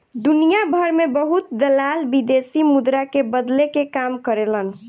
दुनियाभर में बहुत दलाल विदेशी मुद्रा के बदले के काम करेलन